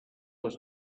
was